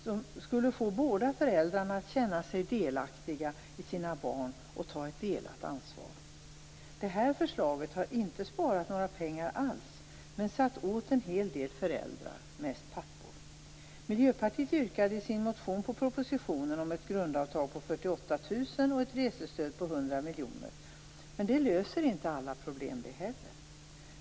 Det skulle få båda föräldrarna att känna sig delaktiga i sina barns fostran och ta ett delat ansvar. Det här förslaget har inte inneburit några besparingar alls men satt åt en hel del föräldrar, mest pappor. 100 miljoner. Men det löser inte alla problem.